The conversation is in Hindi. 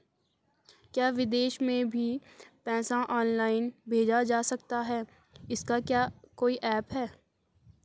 क्या विदेश में भी पैसा ऑनलाइन भेजा जा सकता है इसका क्या कोई ऐप है?